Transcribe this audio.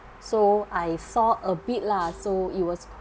so I saw a bit lah so it was